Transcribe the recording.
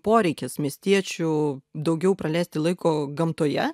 poreikis miestiečių daugiau praleisti laiko gamtoje